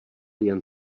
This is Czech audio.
jen